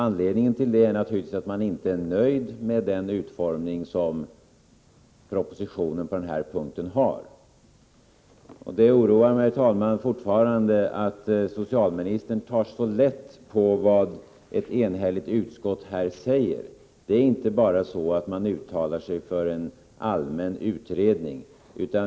Anledningen till detta är naturligtvis att man inte är nöjd med den utformning som propositionen föreslår på den här punkten. Det oroar mig fortfarande, herr talman, att socialministern tar så lätt på vad ett enhälligt utskott säger. Det är inte bara så att utskottet uttalar sig för en allmän utredning.